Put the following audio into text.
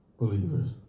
believers